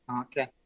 Okay